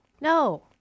No